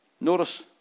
Notice